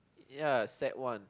ya set one